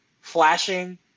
flashing